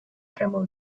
camel